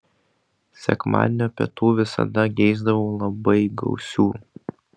sekmadienio pietų visada geisdavau labai gausių